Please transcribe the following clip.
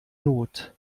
not